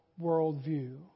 worldview